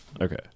Okay